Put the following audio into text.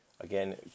Again